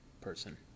person